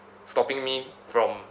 stopping me from